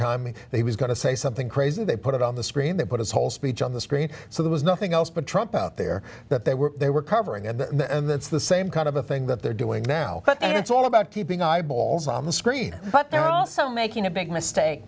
time he was going to say something crazy they put it on the screen they put his whole speech on the screen so there was nothing else but trump out there they were they were covering it and that's the same kind of a thing that they're doing now and it's all about keeping eyeballs on the screen but they're also making a big mistake